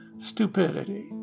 stupidity